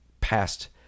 past